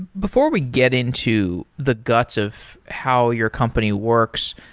before we get into the guts of how your company works,